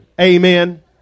Amen